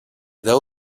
deu